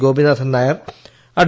Gopinathan Nair add